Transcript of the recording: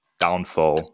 downfall